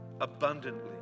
abundantly